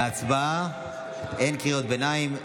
בהצבעה אין קריאות ביניים,